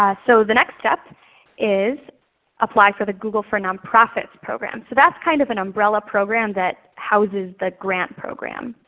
ah so the next step is apply for the google for nonprofits program. so that's kind of an umbrella program that houses the grant program.